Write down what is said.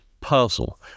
puzzle